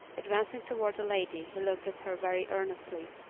advancing toward the lady he looked at her very earnestly,